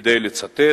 כדי לצטט.